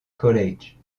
college